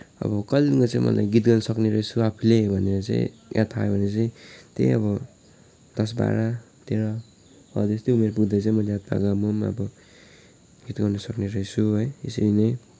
अब कहिलेदेखिको चाहिँ मलाई गीत गाउन सक्नेरहेछु आफूले भनेर चाहिँ याद पाए भने चाहिँ त्यही अब दस बाह्र तेह्र हो त्यस्तै उमेर पुग्दा चाहिँ मैले याद पाएको म पनि अब गीत गाउन सक्नेरहेछु है यसरी नै